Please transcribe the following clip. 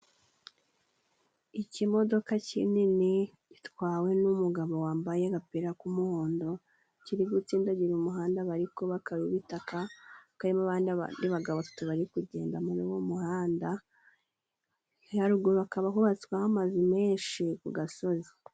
Ikimodoka kinini gitwawe n'umugabo wambaye agapira k'umuhondo, kiri gutsindagira umuhanda bari kubaka w'ibitaka, hakaba hari n'abagabo batatu bari kugenda muri uwo muhanda, huruguru hakaba hubatsweho amazu menshi ku gasozi.